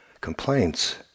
complaints